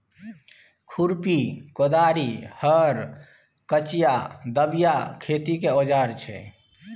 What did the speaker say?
खुरपी, कोदारि, हर, कचिआ, दबिया खेतीक औजार छै